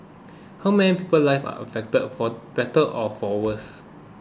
how many people's lives are affected for better or for worse